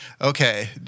Okay